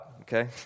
okay